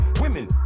women